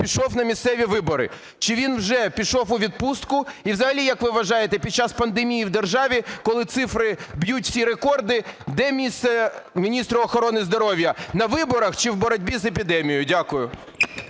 пішов на місцеві вибори. Чи він вже пішов у відпустку? І взагалі як ви вважаєте, під час пандемії в державі, коли цифри б'ють всі рекорди, де місце міністра охорони здоров'я – на виборах чи в боротьбі з епідемією? Дякую.